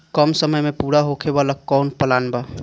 कम समय में पूरा होखे वाला कवन प्लान बा?